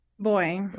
Boy